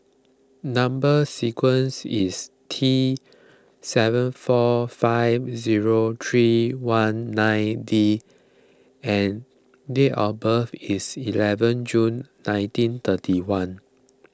Number Sequence is T seven four five zero three one nine D and date of birth is eleven June nineteen thirty one